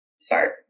start